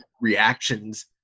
reactions